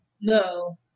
No